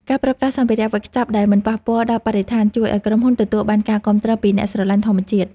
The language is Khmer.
ការប្រើប្រាស់សម្ភារៈវេចខ្ចប់ដែលមិនប៉ះពាល់ដល់បរិស្ថានជួយឱ្យក្រុមហ៊ុនទទួលបានការគាំទ្រពីអ្នកស្រឡាញ់ធម្មជាតិ។